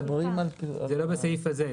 זה לא בסעיף הזה,